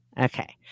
Okay